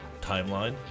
Timeline